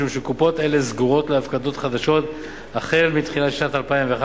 משום שקופות אלה סגורות להפקדות חדשות החל מתחילת שנת 2011,